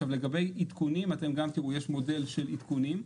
לגבי עדכונים, אתם גם תראו, יש מודל של עדכונים.